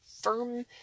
firm